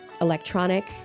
electronic